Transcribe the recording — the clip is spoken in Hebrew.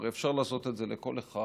הרי אפשר לעשות את זה לכל אחד.